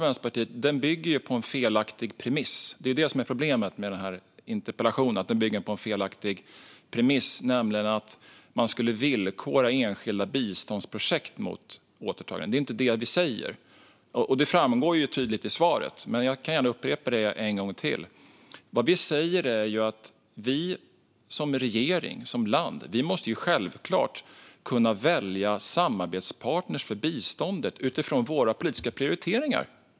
Vänsterpartiets interpellation bygger på en felaktig premiss om att vi skulle villkora enskilda biståndsprojekt med återtagande, men det är inte det vi säger, vilket tydligt framgår i svaret. Men jag upprepar det gärna en gång till. Vad vi säger är att en regering givetvis måste kunna välja samarbetspartner för biståndet utifrån sina politiska prioriteringar.